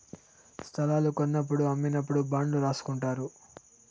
స్తలాలు కొన్నప్పుడు అమ్మినప్పుడు బాండ్లు రాసుకుంటారు